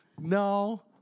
No